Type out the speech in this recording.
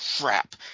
crap